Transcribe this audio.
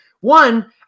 One